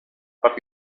but